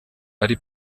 ari